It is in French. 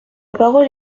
parole